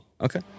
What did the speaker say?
Okay